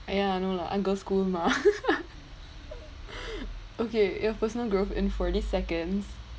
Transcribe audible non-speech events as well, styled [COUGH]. ya no lah I girls school mah [LAUGHS] okay your personal growth in forty seconds